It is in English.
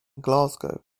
glasgow